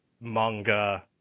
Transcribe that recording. manga